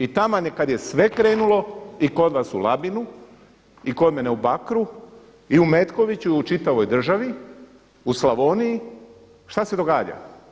I taman kad je sve krenulo i kod vas u Labinu i kod mene u Bakru i u Metkoviću i u čitavoj državi, u Slavoniji šta se događa?